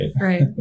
right